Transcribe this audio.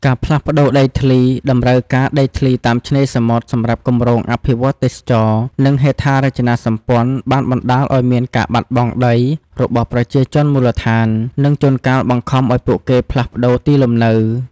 ការផ្លាស់ប្តូរដីធ្លី តម្រូវការដីធ្លីតាមឆ្នេរសមុទ្រសម្រាប់គម្រោងអភិវឌ្ឍន៍ទេសចរណ៍ និងហេដ្ឋារចនាសម្ព័ន្ធ បានបណ្តាលឱ្យមាន ការបាត់បង់ដី របស់ប្រជាជនមូលដ្ឋាន និងជួនកាលបង្ខំឱ្យពួកគេផ្លាស់ប្តូរទីលំនៅ។